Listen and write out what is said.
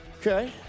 Okay